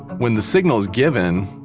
when the signal's given,